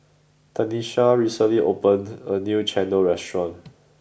Tanesha recently opened a new Chendol restaurant